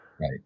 right